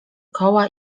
koła